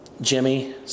Jimmy